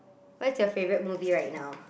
what's your favorite movie right now